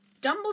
Dumbledore